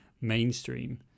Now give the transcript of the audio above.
mainstream